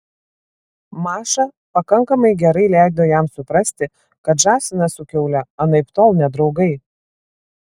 maša pakankamai gerai leido jam suprasti kad žąsinas su kiaule anaiptol ne draugai